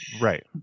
right